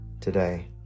today